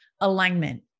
alignment